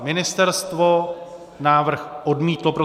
Ministerstvo návrh odmítlo.